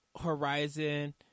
Horizon